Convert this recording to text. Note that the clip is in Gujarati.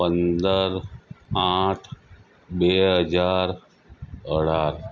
પંદર આઠ બે હજાર અઢાર